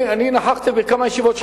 אני נכחתי בכמה ישיבות,